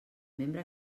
membre